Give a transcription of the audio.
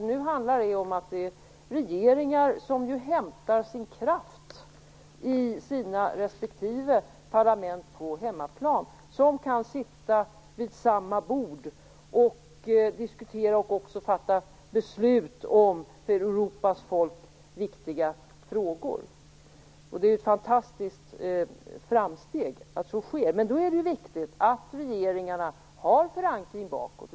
Det handlar om regeringar som hämtar kraft i sina respektive parlament på hemmaplan och nu kan sitta vid samma bord och diskutera och fatta beslut om för Europas folk viktiga frågor. Det är ett fantastiskt framsteg. Men det är viktigt att regeringarna har förankring bakåt.